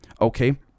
Okay